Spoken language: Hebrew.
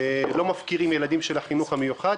לא מפקירים ילדים של החינוך המיוחד.